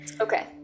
Okay